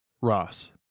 Ross